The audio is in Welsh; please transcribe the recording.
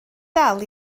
dal